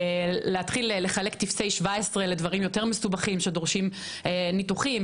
להתחיל לחלק טפסי 17 לדברים יותר מסובכים שדורשים ניתוחים,